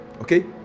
Okay